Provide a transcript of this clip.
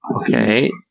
Okay